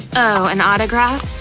oh, an autograph.